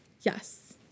yes